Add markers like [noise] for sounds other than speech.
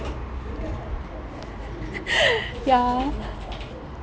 [laughs] ya [laughs]